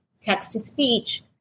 text-to-speech